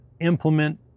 implement